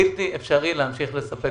בלתי אפשרי להמשיך לספק.